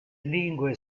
lingue